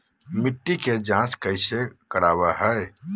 मिट्टी के जांच कैसे करावय है?